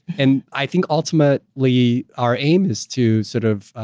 and i think ultimately our aim is to sort of